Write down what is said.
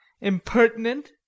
Impertinent